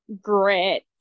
grit